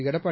Edappadi